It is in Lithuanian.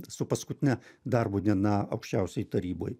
su paskutine darbo diena aukščiausioj taryboj